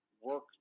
work